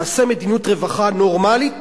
תעשה מדיניות רווחה נורמלית,